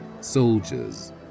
soldiers